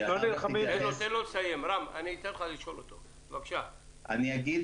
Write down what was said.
אני אגיד